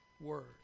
Word